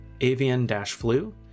avian-flu